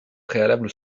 préalable